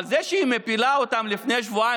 אבל זה שהיא הפילה אותה לפני שבועיים